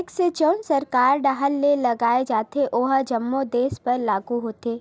tax जउन सरकार डाहर ले लगाय जाथे ओहा जम्मो देस बर लागू होथे